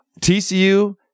TCU